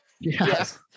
Yes